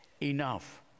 enough